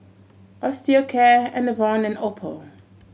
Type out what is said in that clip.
Osteocare Enervon and Oppo